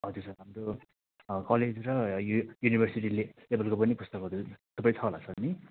हजुर सर हाम्रो कलेज र यु युनिभर्सिटी लेभलको पुस्तकहरू सबै छ होला सर नि